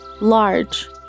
Large